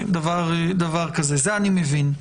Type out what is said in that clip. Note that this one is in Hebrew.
זה אני מבין.